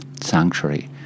Sanctuary